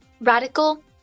Radical